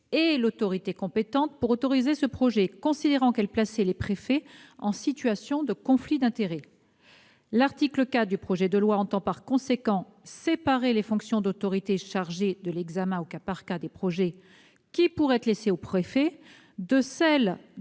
et l'autorité compétente pour autoriser ce projet, considérant qu'elles plaçaient les préfets en situation de conflit d'intérêts. L'article 4 du projet de loi prévoit par conséquent de séparer la fonction d'autorité chargée de l'examen au cas par cas des projets, qui pourrait être laissée au préfet, de celle